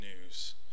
news